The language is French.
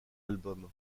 album